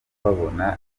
babona